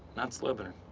not slither?